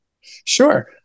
Sure